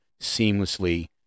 seamlessly